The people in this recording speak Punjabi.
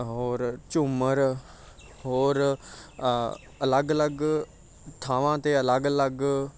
ਹੋਰ ਝੂਮਰ ਹੋਰ ਅਲੱਗ ਅਲੱਗ ਥਾਵਾਂ 'ਤੇ ਅਲੱਗ ਅਲੱਗ